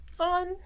On